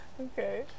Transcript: Okay